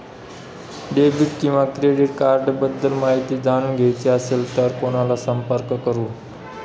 Debit किंवा credit cards बद्दल माहिती जाणून घ्यायची असेल तर कोणाला संपर्क करु?